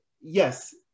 Yes